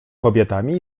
kobietami